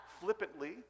flippantly